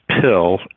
pill